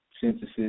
synthesis